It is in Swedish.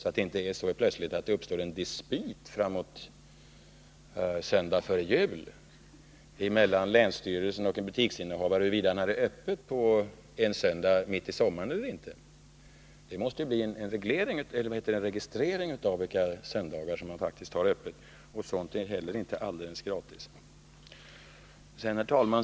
Man får ju se till att det fram mot söndagen före jul inte uppstår en dispyt mellan länsstyrelsen och en butiksinnehavare om huruvida han hade öppet en söndag mitt i sommaren eller inte. Det måste då ske en registrering av vilka söndagar som butikerna har öppet, och det är inte heller alldeles gratis. Herr talman!